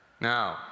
Now